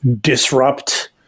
disrupt